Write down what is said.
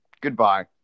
Goodbye